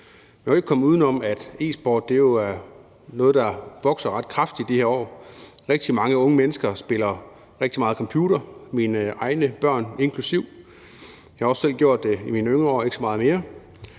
Man kan ikke komme uden om, at e-sport er noget, der vokser ret kraftigt i de her år. Rigtig mange unge mennesker spiller rigtig meget computer, mine egne børn inklusive, og jeg har også selv gjort det i mine yngre år, men gør det ikke så meget mere.